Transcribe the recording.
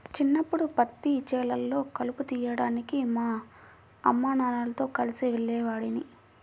చిన్నప్పడు పత్తి చేలల్లో కలుపు తీయడానికి మా అమ్మానాన్నలతో కలిసి వెళ్ళేవాడిని